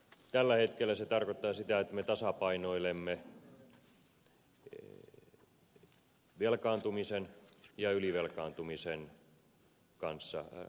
tällä hetkellä se tarkoittaa sitä että me tasapainoilemme velkaantumisen ja ylivelkaantumisen kanssa